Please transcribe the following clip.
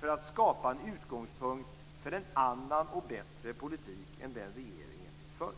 för att skapa en utgångspunkt för en annan och bättre politik än den regeringen nu för.